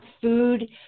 food